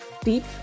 deep